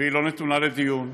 והיא לא נתונה לדיון,